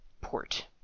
port